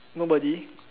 nobody